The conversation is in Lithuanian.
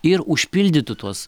ir užpildytų tuos